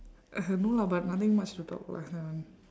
uh no lah but nothing much to talk about that one